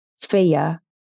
fear